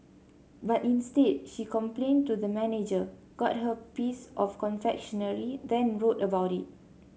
but instead she complained to the manager got her piece of confectionery then wrote about it